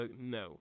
no